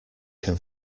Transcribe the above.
can